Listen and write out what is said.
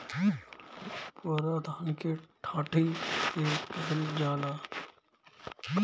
पुअरा धान के डाठी के कहल जाला